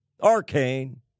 arcane